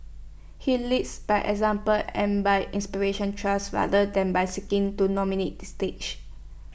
he leads by example and by inspiration trust rather than by seeking to dominate the stage